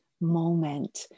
moment